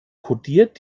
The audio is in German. kodiert